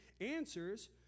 answers